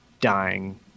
dying